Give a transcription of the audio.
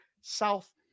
South